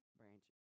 branch